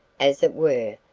as it were,